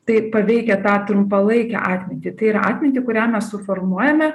tai paveikia tą trumpalaikę atmintį tai yra atmintį kurią mes suformuojame